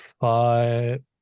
five